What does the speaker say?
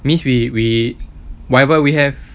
means we we whatever we have